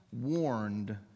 warned